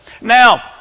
Now